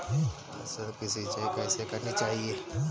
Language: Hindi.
फसल की सिंचाई कैसे करनी चाहिए?